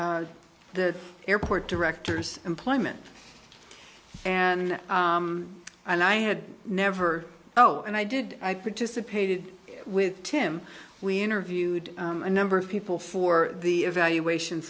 the airport director's employment and and i had never owed and i did i participated with him we interviewed a number of people for the evaluation